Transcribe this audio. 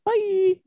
Bye